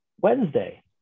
Wednesday